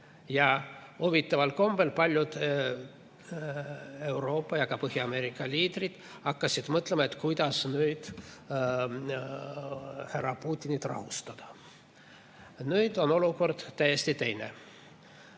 Huvitaval kombel paljud Euroopa ja ka Põhja-Ameerika liidrid hakkasid mõtlema, kuidas härra Putinit rahustada. Nüüd on olukord täiesti teine.